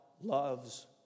loves